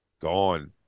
gone